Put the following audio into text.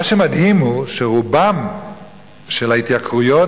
מה שמדהים הוא שרובן של ההתייקרויות